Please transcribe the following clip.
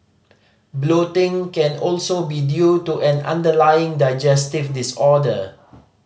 bloating can also be due to an underlying digestive disorder